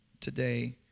today